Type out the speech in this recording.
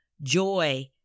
joy